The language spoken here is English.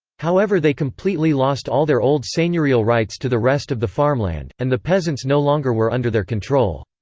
however they completely lost all their old seigneurial rights to the rest of the farmland, farmland, and the peasants no longer were under their control.